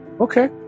okay